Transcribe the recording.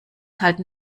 halten